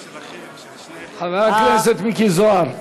חבר הכנסת מיקי זוהר.